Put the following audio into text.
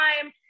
time